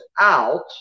out